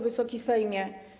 Wysoki Sejmie!